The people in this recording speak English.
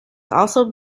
also